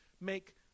make